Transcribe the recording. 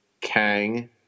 Kang